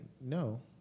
no